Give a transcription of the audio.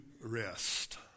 rest